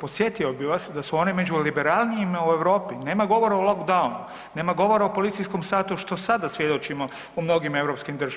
podsjetio bih vas da su one među liberalnijima u Europi, nema govora o lockdownu, nema govora o policijskom satu što sada svjedočimo u mnogim europskim državama.